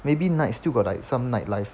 maybe night still got like some nightlife